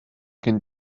cyn